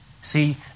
See